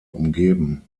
umgeben